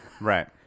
Right